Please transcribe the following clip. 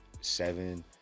seven